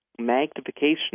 magnification